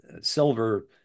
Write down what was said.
silver